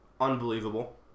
unbelievable